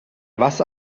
was